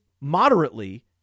moderately